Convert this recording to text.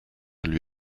lui